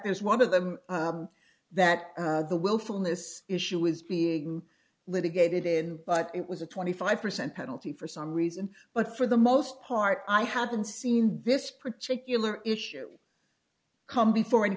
there's one of them that the willfulness issue is being litigated in but it was a twenty five percent penalty for some reason but for the most part i haven't seen this particular issue come before in